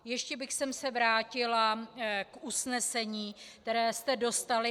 Ještě bych se vrátila k usnesení, které jste dostali.